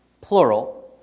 plural